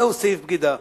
זהו סעיף בגידה.